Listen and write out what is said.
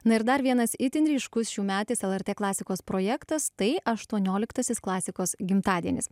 na ir dar vienas itin ryškus šiųmetis lrt klasikos projektas tai aštuonioliktasis klasikos gimtadienis